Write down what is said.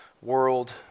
world